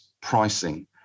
pricing